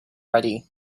ready